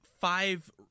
five